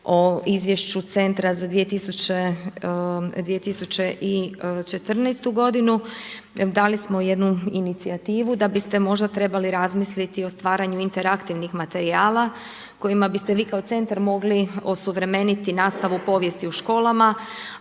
o izvješću centra za 2014. godinu dali smo jednu inicijativu da biste možda trebali razmisliti o stvaranja interaktivnih materijala kojima biste vi kao centar mogli osuvremeniti nastavu povijesti u školama